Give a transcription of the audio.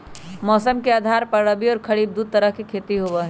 मौसम के आधार पर रबी और खरीफ दु तरह के खेती होबा हई